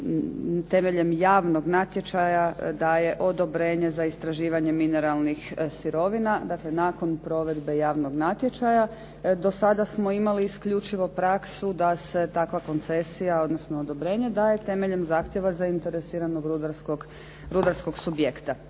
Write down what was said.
temeljem javnog natječaja daje odobrenje za istraživanje mineralnih sirovina. Dakle, nakon provedbe javnog natječaja. Do sada smo imali isključivo praksu da se takva koncesija, odnosno odobrenje daje temeljem zahtjeva zainteresiranog rudarskog subjekta.